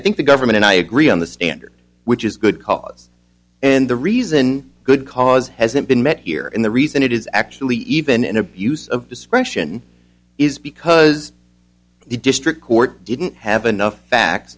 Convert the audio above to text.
think the government and i agree on the standard which is good cause and the reason good cause hasn't been met here and the reason it is actually even an abuse of discretion is because the district court didn't have